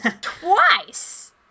twice